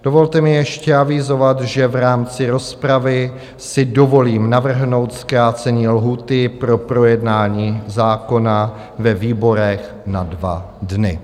Dovolte mi ještě avizovat, že v rámci rozpravy si dovolím navrhnout zkrácení lhůty pro projednání zákona ve výborech na 2 dny.